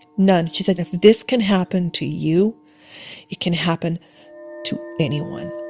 none. she said if this can happen to you, it can happen to anyone